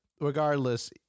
regardless